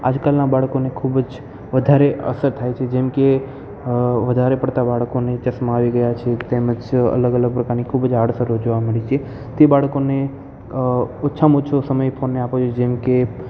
આજકાલના બાળકોને ખૂબ જ વધારે અસર થાય છે જેમકે વધારે પડતા બાળકોને ચશ્મા આવી ગયા છે તેમજ અલગ અલગ પ્રકારની ખૂબ જ આડ અસરો જોવા મળે છે તે બાળકોને ઓછામાં ઓછો સમય ફોનને આપવો જોએ જેમકે